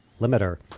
limiter